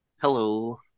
Hello